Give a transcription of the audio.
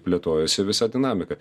plėtojasi visa dinamika